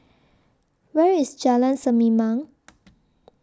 Where IS Jalan Sir Me Mount